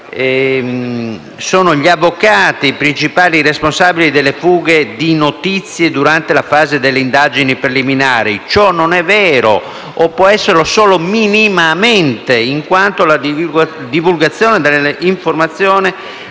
sono gli avvocati i principali responsabili delle fughe di notizie durante la fase delle indagini preliminari. Ciò non è vero, o può esserlo solo minimamente in quanto la divulgazione dell'informazione